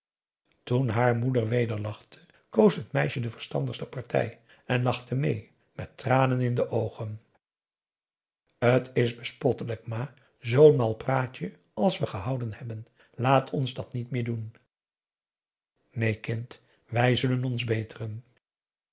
toen haar moeder weder lachte koos het meisje de verstandigste partij en lachte mee met tranen in de oogen t is bespottelijk ma zoo'n mal praatje als we gehouden hebben laat ons dat niet meer doen neen kind wij zullen ons beteren